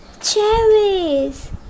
cherries